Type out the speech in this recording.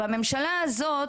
יותר,